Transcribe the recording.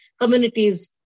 communities